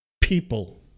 people